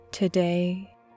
Today